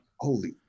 Holy